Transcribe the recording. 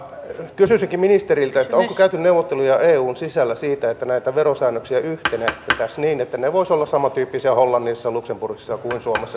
kysyisinkin ministeriltä onko käyty neuvotteluja eun sisällä siitä että näitä verosäännöksiä yhtenäistettäisiin niin että ne voisivat olla samantyyppisiä hollannissa luxemburgissa kuin suomessa ja ruotsissa